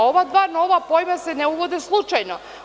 Ova dva nova pojma se ne uvode slučajno.